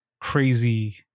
crazy